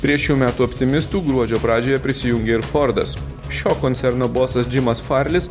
prie šių metų optimistų gruodžio pradžioje prisijungė ir fordas šio koncerno bosas džimas farlis